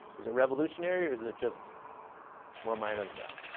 is it revolutionary, or is it just more minor than that?